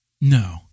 No